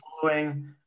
following